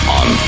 on